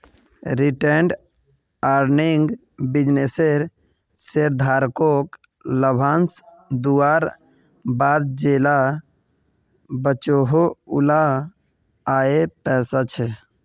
retained earning बिज्नेसेर शेयरधारकोक लाभांस दुआर बाद जेला बचोहो उला आएर पैसा छे